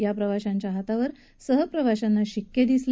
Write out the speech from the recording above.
या प्रवाशांच्या हातावर सहप्रवाशांना शिक्के दिसले